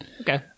Okay